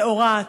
שעורה,